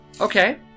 okay